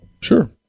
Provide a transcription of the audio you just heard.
sure